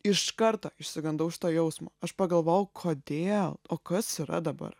iš karto išsigandau šito jausmo aš pagalvojau kodėl o kas yra dabar